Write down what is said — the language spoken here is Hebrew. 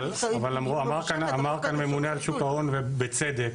אבל אמר כאן הממונה על שוק ההון, ובצדק,